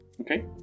Okay